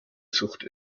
sucht